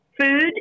Food